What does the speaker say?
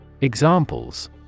Examples